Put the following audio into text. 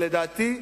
לדעתי,